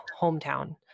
hometown